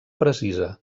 precisa